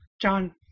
John